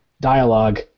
dialogue